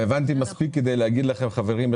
והבנתי מספיק כדי להגיד לכם: חברים,